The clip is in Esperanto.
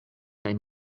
kaj